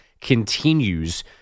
continues